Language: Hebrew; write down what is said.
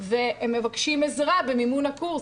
והם מבקשים עזרה במימון הקורס.